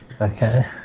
Okay